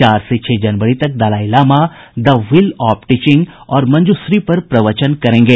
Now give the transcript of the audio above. चार से छह जनवरी तक Dalai Lama the wheel of teaching और मंजूश्री पर प्रवचन करेंगे